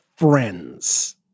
Friends